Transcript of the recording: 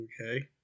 okay